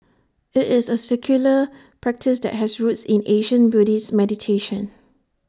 IT is A secular practice that has roots in ancient Buddhist meditation